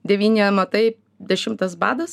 devyni amatai dešimtas badas